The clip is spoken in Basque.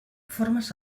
formaz